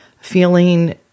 feeling